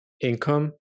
income